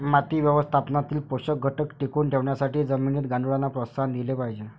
माती व्यवस्थापनातील पोषक घटक टिकवून ठेवण्यासाठी जमिनीत गांडुळांना प्रोत्साहन दिले पाहिजे